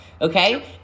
okay